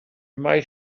might